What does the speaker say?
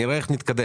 נראה איך נתקדם.